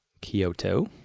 Kyoto